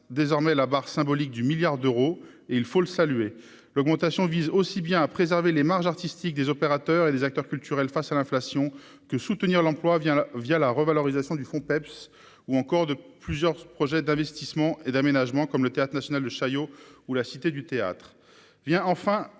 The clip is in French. désormais la barre symbolique du milliard d'euros, et il faut le saluer l'augmentation vise aussi bien à préserver les marges artistiques des opérateurs et des acteurs culturels face à l'inflation que soutenir l'emploi vient là via la revalorisation du Fonds peps ou encore de plusieurs projets d'investissement et d'aménagement comme le Théâtre national de Chaillot ou la Cité du théâtre